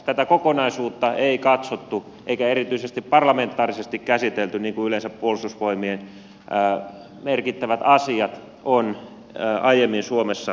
tätä kokonaisuutta ei katsottu eikä erityisesti parlamentaarisesti käsitelty niin kuin yleensä puolustusvoimien merkittävien asioiden kohdalla on aiemmin suomessa tehty